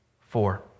Four